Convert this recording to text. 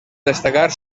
destacar